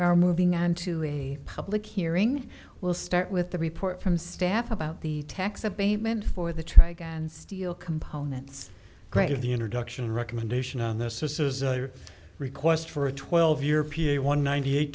are moving on to a public hearing we'll start with the report from staff about the tax abatement for the try again steel components grade the introduction recommendation on this this is a request for a twelve year p a one ninety eight